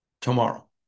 tomorrow